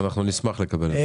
אנחנו נשמח לקבל.